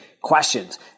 questions